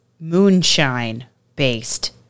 moonshine-based